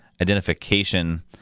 identification